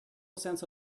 sense